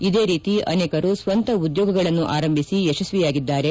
ಇದೇ ರೀತಿ ಅನೇಕರು ಸ್ವಂತ ಉದ್ಯೋಗಗಳನ್ನು ಆರಂಭಿಸಿ ಯಶಸ್ಸಿಯಾಗಿದ್ದಾರೆ